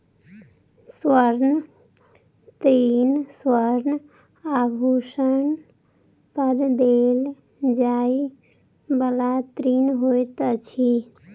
स्वर्ण ऋण स्वर्ण आभूषण पर देल जाइ बला ऋण होइत अछि